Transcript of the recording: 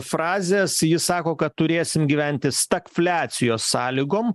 frazės jis sako kad turėsim gyventi stagfliacijos sąlygom